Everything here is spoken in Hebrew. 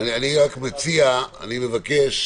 אני מבקש